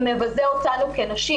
זה מבזה אותנו כנשים.